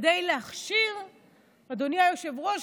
אדוני היושב-ראש,